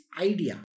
idea